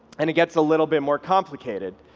and it gets a little bit more complicated.